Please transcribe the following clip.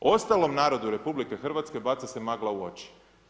Ostalom narodu RH baca se magla u oči.